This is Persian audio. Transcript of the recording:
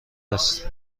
است